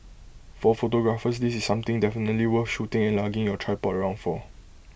for photographers this is something definitely worth shooting and lugging your tripod around for